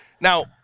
Now